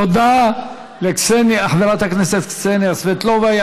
תודה לחברת הכנסת קסניה סבטלובה.